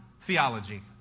theology